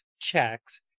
checks